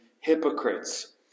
hypocrites